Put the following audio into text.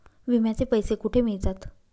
विम्याचे पैसे कुठे मिळतात?